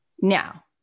now